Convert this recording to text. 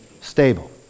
Stable